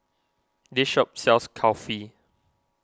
this shop sells Kulfi